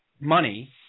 money